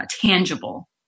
tangible